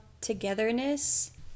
togetherness